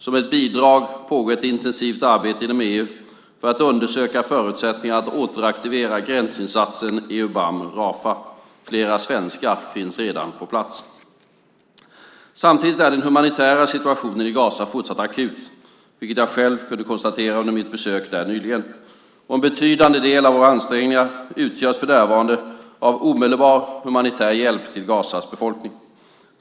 Som ett bidrag pågår ett intensivt arbete inom EU för att undersöka förutsättningarna att återaktivera gränsinsatsen EU BAM Rafah. Flera svenskar finns redan på plats. Samtidigt är den humanitära situationen i Gaza fortsatt akut - vilket jag själv kunde konstatera under mitt besök där nyligen - och en betydande del av våra ansträngningar utgörs för närvarande av omedelbar humanitär hjälp till Gazas befolkning.